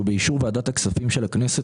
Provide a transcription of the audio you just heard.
ובאישור ועדת הכספים של הכנסת,